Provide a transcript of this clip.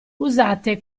usate